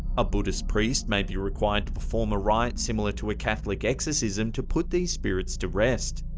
a buddhist priest may be required to but form a riot similar to a catholic exorcism to put these spirits to rest.